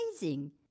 amazing